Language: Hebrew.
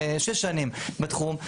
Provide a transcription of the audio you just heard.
שש שנים בתחום.